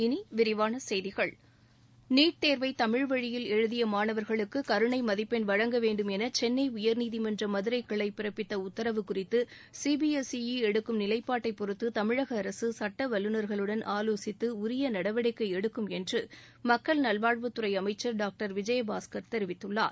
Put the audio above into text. இனி விரிவான செய்திகள் நீட் தேர்வை தமிழ் வழியில் எழுதிய மாணவர்களுக்கு கருணை மதிப்பெண் வழங்க வேண்டும் என சென்னை உயர்நீதிமன்ற மதுரை கிளை பிறப்பித்த உத்தரவு குறித்து சிபிஎஸ்இ எடுக்கும் நிலைப்பாட்டை பொறுத்து தமிழக அரசு சட்ட வல்லுநர்களுடன் ஆலோசித்து உரிய நடவடிக்கை எடுக்கும் என்று மக்கள் நல்வாழ்வுத் துறை அமைச்சர் டாக்டர் விஜயபாஸ்கர் தெரிவித்துள்ளார்